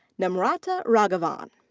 namrata raghavan.